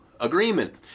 agreement